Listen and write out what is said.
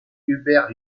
hubert